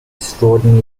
extraordinary